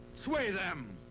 sway them.